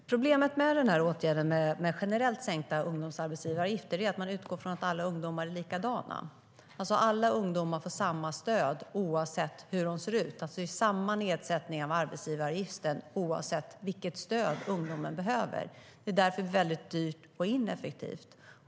Fru talman! Problemet med åtgärden med generellt sänkta ungdomsarbetsgivaravgifter är att man utgår från att alla ungdomar är likadana. Alla ungdomar får alltså samma stöd oavsett hur deras behov ser ut. Det är samma nedsättning av arbetsgivaravgifterna oavsett vilket stöd de enskilda ungdomarna behöver. Det är därför dyrt och ineffektivt.